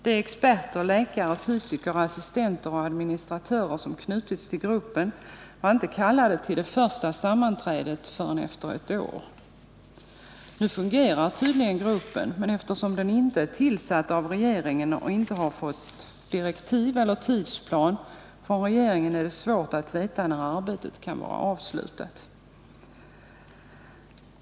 De experter — läkare, fysiker, assistenter och administratörer — som knutits till gruppen var inte kallade till det första sammanträdet förrän efter ett år. Nu fungerar tydligen gruppen, men eftersom den inte är tillsatt av regeringen och inte har fått direktiv eller tidsplan från regeringen är det svårt att veta när arbetet kan vara avslutat.